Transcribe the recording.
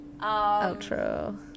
Outro